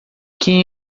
quem